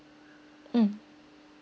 mm